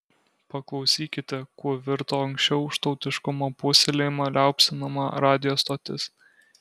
paklausykite kuo virto anksčiau už tautiškumo puoselėjimą liaupsinama radijo stotis